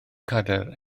cadair